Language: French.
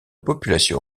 population